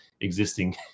existing